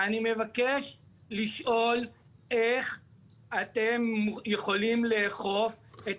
אני מבקש לשאול איך אתם יכולים לאכוף את